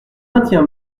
maintiens